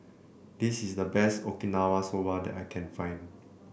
this is the best Okinawa Soba that I can find